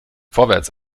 vorwärts